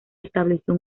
estableció